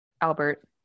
Albert